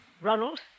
Ronald